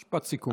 משפט סיכום.